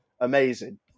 Amazing